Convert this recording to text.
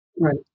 Right